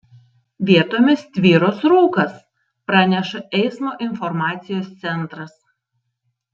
vietomis tvyros rūkas praneša eismo informacijos centras